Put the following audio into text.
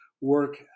work